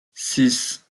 six